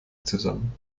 zusammen